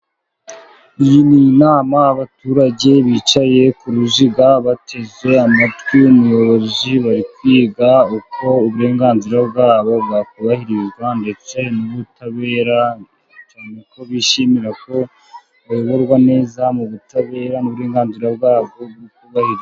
Iyi ni inama abaturage bicaye ku ruziga， bateze amatwi umuyobozi， bari kwiga uko uburenganzira bwabo bwakubahirizwa， ndetse n'ubutabera， cyane ko bishimira ko bayoborwa neza， mu butabera， n' uburenganzira bwabo bukubahiririzwa.